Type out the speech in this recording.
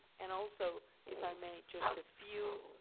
and also, if i may, just a few